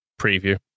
preview